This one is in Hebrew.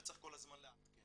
מספיק, וצריך כל הזמן לעדכן.